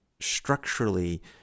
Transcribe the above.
structurally